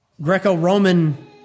Greco-Roman